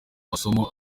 masomo